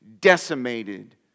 decimated